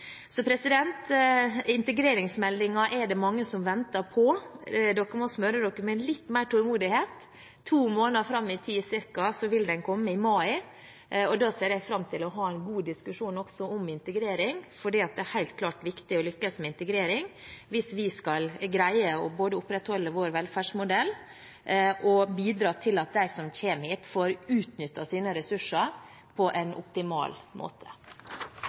er det mange som venter på. En må smøre seg med litt mer tålmodighet. To måneder fram i tid, ca., vil den komme – i mai. Jeg ser fram til å ha en god diskusjon også om integrering, for det er viktig å lykkes med integrering hvis vi skal greie både å opprettholde vår velferdsmodell og å bidra til at de som kommer hit, får utnyttet sine ressurser på en optimal måte.